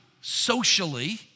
socially